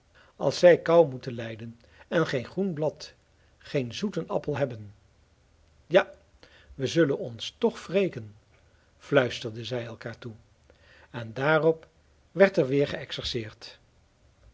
als zij kou moeten lijden en geen groen blad geen zoeten appel hebben ja we zullen ons toch wreken fluisterden zij elkaar toe en daarop werd er weer geëxerceerd